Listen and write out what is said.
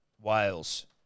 Wales